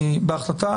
בהחלטה